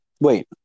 Wait